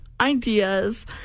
ideas